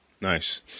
Nice